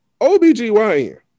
OBGYN